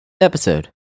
episode